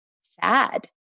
sad